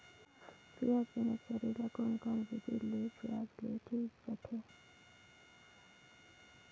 पियाज के नर्सरी ला कोन कोन विधि ले बनाय ले ठीक रथे?